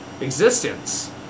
existence